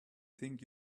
think